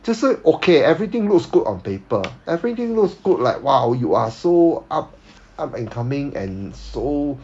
就是 okay everything looks good on paper everything looks good like !wow! you are so up up and coming and so